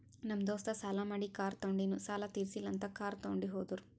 ನಮ್ ದೋಸ್ತ ಸಾಲಾ ಮಾಡಿ ಕಾರ್ ತೊಂಡಿನು ಸಾಲಾ ತಿರ್ಸಿಲ್ಲ ಅಂತ್ ಕಾರ್ ತೊಂಡಿ ಹೋದುರ್